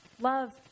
love